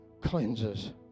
cleanses